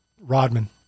Rodman